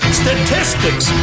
statistics